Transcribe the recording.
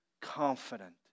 confident